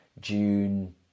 June